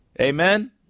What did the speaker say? Amen